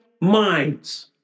minds